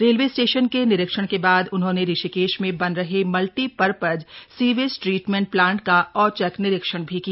railway station के निरीक्षण के बाद उन्होंने ऋषिकेश में बन रहे मल्टीपर्पज सीवेज ट्रीटमेंट प्लांट का औचक निरीक्षण भी किया